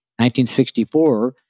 1964